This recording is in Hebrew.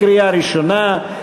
לקריאה ראשונה.